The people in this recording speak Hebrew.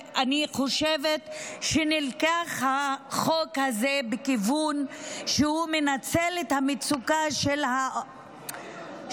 אני חושבת שהחוק הזה נלקח בכיוון של ניצול המצוקה של האוכלוסייה